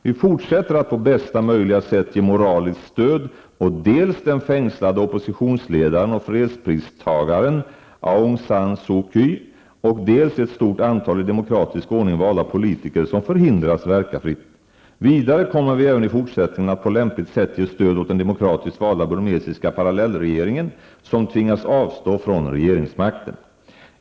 Vi fortsätter att på bästa möjliga sätt ge moraliskt stöd åt dels den fängslade oppositionsledaren och fredspristagaren Aung San Suu Kyi, dels ett stort antal i demokratisk ordning valda politiker som förhindras verka fritt. Vidare kommer vi även i fortsättningen att på lämpligt sätt ge stöd åt den demokratiskt valda burmesiska parallellregeringen, som tvingats avstå från regeringsmakten.